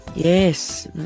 Yes